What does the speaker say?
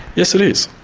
yes, it is.